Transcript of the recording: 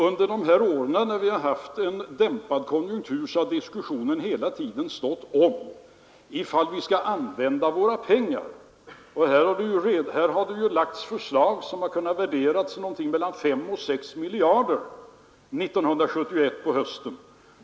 Under de gångna åren då vi har haft en dämpad konjunktur har diskussionen hela tiden stått om hur vi skall använda våra pengar, och här lades det på hösten 1971 fram förslag som kunde värderas till mellan 5 och 6 miljarder.